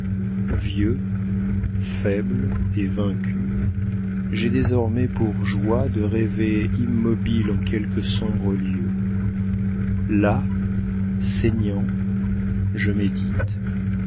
vieux faible et vaincu j'ai désormais pour joie de rêver immobile en quelque sombre lieu là saignant je médite